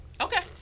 Okay